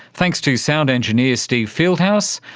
thanks to sound engineer steve fieldhouse.